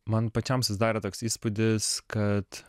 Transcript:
man pačiam susidarė toks įspūdis kad